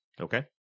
Okay